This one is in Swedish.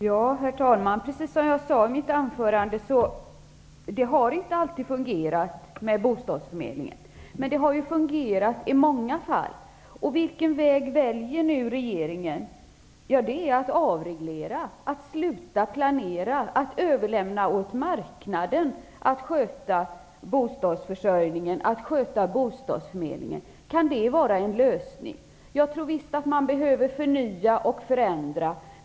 Herr talman! Precis som jag sade i mitt anförande har bostadsförmedlingen inte alltid fungerat. Men den har fungerat i många fall. Vilken väg väljer regeringen? Jo, att avreglera, sluta planera och att överlämna åt marknaden att sköta bostadsförsörjningen och bostadsförmedlingen. Kan det vara en lösning? Jag tror visst att man behöver förnya och förändra.